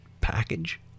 package